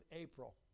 April